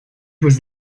was